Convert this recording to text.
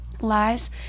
lies